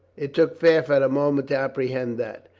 it took fairfax a moment to apprehend that.